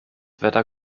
wetter